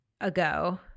ago